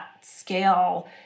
scale